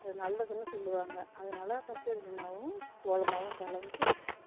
அது நல்லதுன்னு சொல்லுவாங்க அதனால பச்சரிசி மாவும் கோலமாவும் கலந்து